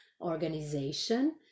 organization